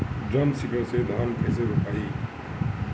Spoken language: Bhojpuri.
ड्रम सीडर से धान कैसे रोपाई?